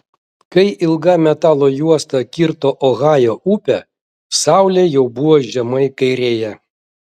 kai ilga metalo juosta kirto ohajo upę saulė jau buvo žemai kairėje